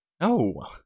No